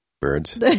birds